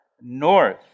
north